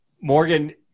morgan